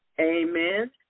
Amen